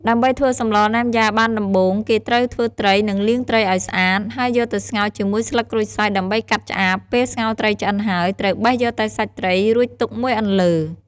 ដើម្បីធ្វើសម្លណាំយ៉ាបានដំបូងគេត្រូវធ្វើត្រីនិងលាងត្រីឱ្យស្អាត ហើយយកទៅស្ងោរជាមួយស្លឹកក្រូចសើចដើម្បីកាត់ឆ្អាប ពេលស្ងោរត្រីឆ្អិនហើយត្រូវបេះយកតែសាច់ត្រីរួចទុកមួយអន្លើ។